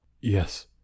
Yes